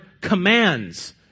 commands